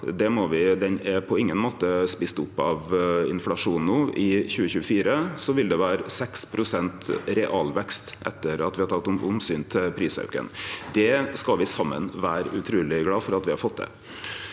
Han er på ingen måte eten opp av inflasjonen no. I 2024 vil det vere 6 pst. realvekst etter at me har teke omsyn til prisauken. Det skal me saman vere utroleg glade for at me har fått til.